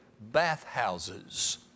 bathhouses